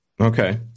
Okay